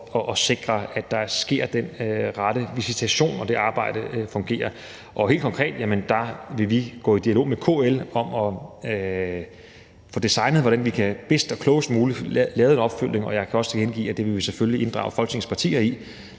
at sikre, at der sker den rette visitation, og at det arbejde fungerer. Helt konkret vil vi gå i dialog med KL om at få designet, hvordan vi bedst og klogest muligt kan få lavet en opfølgning, og jeg kan også tilkendegive, at det vil vi selvfølgelig inddrage Folketingets partier i,